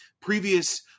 previous